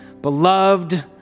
beloved